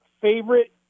favorite